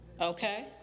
Okay